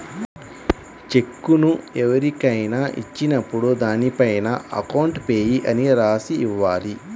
చెక్కును ఎవరికైనా ఇచ్చినప్పుడు దానిపైన అకౌంట్ పేయీ అని రాసి ఇవ్వాలి